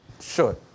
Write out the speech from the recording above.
Sure